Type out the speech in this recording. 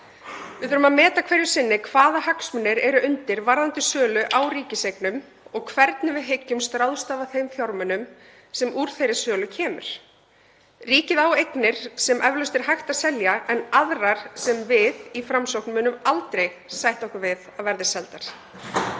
Við þurfum að meta hverju sinni hvaða hagsmunir eru undir varðandi sölu á ríkiseignum og hvernig við hyggjumst ráðstafa þeim fjármunum sem úr þeirri sölu koma. Ríkið á eignir sem eflaust er hægt að selja en aðrar sem við í Framsókn munum aldrei sætta okkur við að verði seldar.